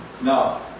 No